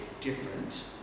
different